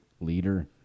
leader